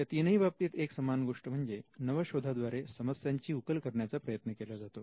या तीनही बाबतीत एक समान गोष्ट म्हणजे नवशोधा द्वारे समस्यांची उकल करण्याचा प्रयत्न केला जातो